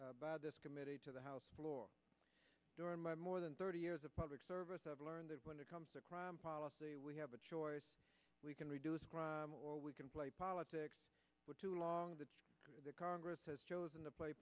and by this committee to the house floor during my more than thirty years of public service i've learned that when it comes to crime policy we have a choice we can reduce crime or we can play politics with too long the congress has chosen to play